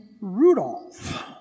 Rudolph